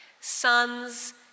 sons